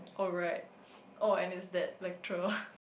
oh right oh and it's that lecturer